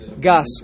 gas